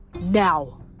now